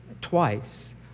twice